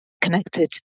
connected